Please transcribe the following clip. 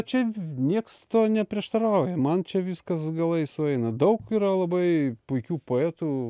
čia nieks neprieštarauja man čia viskas galai sueina daug yra labai puikių poetų